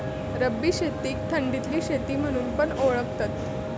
रब्बी शेतीक थंडीतली शेती म्हणून पण ओळखतत